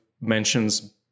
mentions